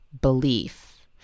belief